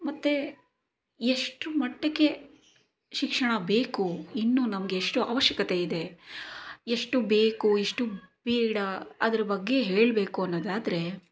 ಮತ್ತೆ ಎಷ್ಟರ ಮಟ್ಟಿಗೆ ಶಿಕ್ಷಣ ಬೇಕು ಇನ್ನು ನಮಗೆ ಎಷ್ಟು ಅವಶ್ಯಕತೆ ಇದೆ ಎಷ್ಟು ಬೇಕು ಎಷ್ಟು ಬೇಡ ಅದರ ಬಗ್ಗೆ ಹೇಳಬೇಕು ಅನ್ನೋದಾದರೆ